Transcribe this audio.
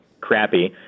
crappy